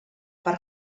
per